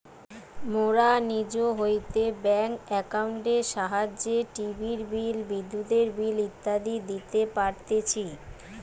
মোরা নিজ হইতে ব্যাঙ্ক একাউন্টের সাহায্যে টিভির বিল, বিদ্যুতের বিল ইত্যাদি দিতে পারতেছি